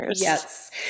Yes